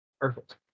Perfect